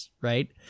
Right